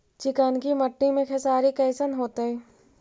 चिकनकी मट्टी मे खेसारी कैसन होतै?